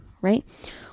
right